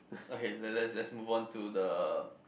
okay let let let's move on to the